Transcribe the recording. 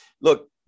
Look